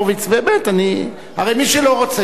הרי מי שלא רוצה יכול להיות בחוץ.